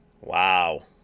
Wow